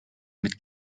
mit